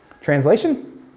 Translation